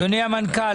אדוני המנכ"ל,